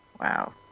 Wow